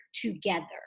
together